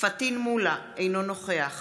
פטין מולא, אינו נוכח